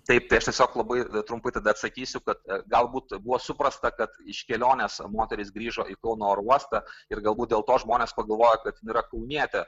taip tai aš tiesiog labai trumpai tada atsakysiu kad galbūt buvo suprasta kad iš kelionės moteris grįžo į kauno oro uostą ir galbūt dėl to žmonės pagalvoja kad yra kaunietė